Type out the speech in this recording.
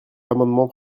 l’amendement